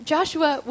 Joshua